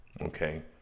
Okay